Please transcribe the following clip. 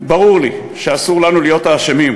ברור לי, שאסור לנו להיות האשמים,